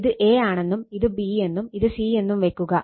ഇത് A ആണെന്നും ഇത് B എന്നും ഇത് C എന്നും വെക്കുക